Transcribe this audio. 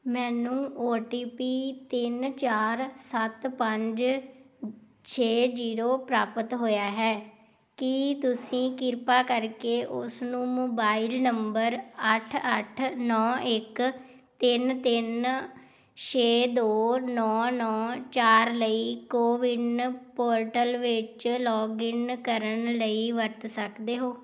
ਮੈਨੂੰ O T P ਤਿੰਨ ਚਾਰ ਸੱਤ ਪੰਜ ਛੇ ਜ਼ੀਰੋ ਪ੍ਰਾਪਤ ਹੋਇਆ ਹੈ ਕੀ ਤੁਸੀਂ ਕਿਰਪਾ ਕਰਕੇ ਉਸ ਨੂੰ ਮੋਬਾਈਲ ਨੰਬਰ ਅੱਠ ਅੱਠ ਨੌਂ ਇੱਕ ਤਿੰਨ ਤਿੰਨ ਛੇ ਦੋ ਨੌਂ ਨੌਂ ਚਾਰ ਲਈ ਕੋਵਿਨ ਪੋਰਟਲ ਵਿੱਚ ਲੌਗਇਨ ਕਰਨ ਲਈ ਵਰਤ ਸਕਦੇ ਹੋ